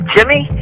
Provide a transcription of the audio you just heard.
Jimmy